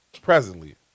presently